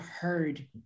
heard